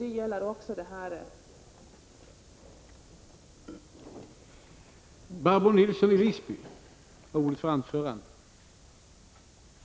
Det gäller även det beslut som vi i dag skall fatta.